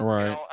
Right